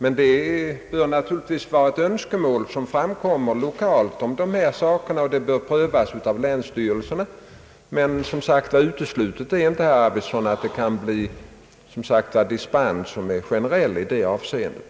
En förutsättning är naturligtvis att önskemål härom framställs lokalt, och frågan bör sedan prövas av länsstyrelsen. Uteslutet är emellertid inte, herr Arvidson, att generell dispens kan ges.